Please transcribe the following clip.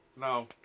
no